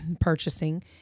purchasing